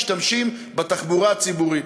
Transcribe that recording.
משתמשים בתחבורה הציבורית: